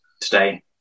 today